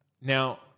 now